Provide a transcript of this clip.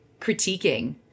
critiquing